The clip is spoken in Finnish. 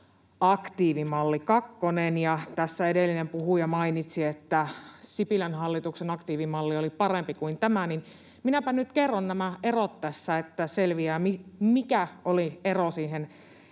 Ja kun tässä edellinen puhuja mainitsi, että Sipilän hallituksen aktiivimalli oli parempi kuin tämä, niin minäpä nyt kerron nämä erot tässä, niin että selviää, mikä oli ero siihen